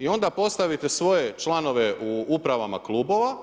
I onda postavite svoje članove u upravama klubova,